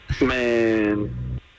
Man